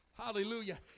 Hallelujah